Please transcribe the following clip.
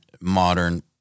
modern